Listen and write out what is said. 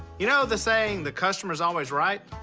you know the saying, the customer is always right?